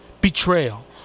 betrayal